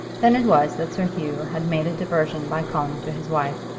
then it was that sir hugh had made a diversion by calling to his wife.